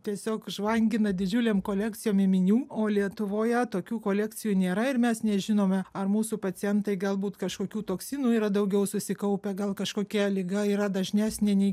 tiesiog žvangina didžiulėm kolekcijom ėminių o lietuvoje tokių kolekcijų nėra ir mes nežinome ar mūsų pacientai galbūt kažkokių toksinų yra daugiau susikaupę gal kažkokia liga yra dažnesnė nei